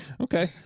Okay